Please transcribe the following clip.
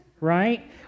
right